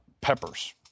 peppers